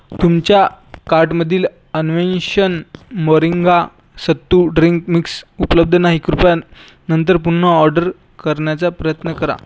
तुमच्या कार्टमधील Anveshan moringa sattu drink mix उपलब्ध नाही कृपया नंतर पुन्हा ऑर्डर करण्याचा प्रयत्न करा